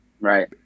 Right